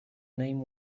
name